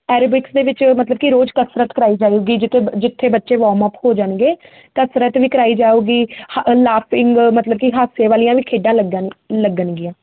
aerobics ਦੇ ਵਿੱਚ ਮਤਲਬ ਕਿ ਰੋਜ ਕਸਰਤ ਕਰਾਈ ਜਾਏਗੀ ਜਿਤੇ ਜਿੱਥੇ ਬੱਚੇ ਵੋਮਅਪ ਹੋ ਜਾਣਗੇ ਤਾਂ ਕਸਰਤ ਵੀ ਕਰਾਈ ਜਾਊਗੀ ਲਾਪਿੰਗ ਮਤਲਬ ਕਿ ਹਾਸੇ ਵਾਲੀਆਂ ਵੀ ਖੇਡਾਂ ਲੱਗਣ ਲੱਗਣਗੀਆਂ